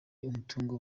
imitungo